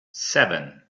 seven